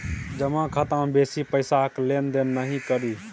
जमा खाता मे बेसी पैसाक लेन देन नहि करी